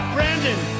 Brandon